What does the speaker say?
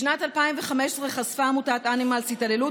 בשנת 2015 חשפה עמותת אנימלס התעללות